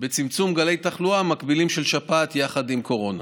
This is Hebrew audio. בצמצום גלי תחלואה מקבילים של שפעת יחד עם הקורונה.